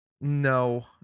No